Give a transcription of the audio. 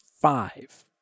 five